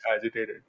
agitated